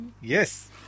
Yes